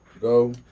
Go